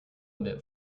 bit